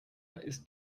ist